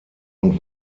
und